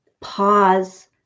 pause